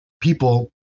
people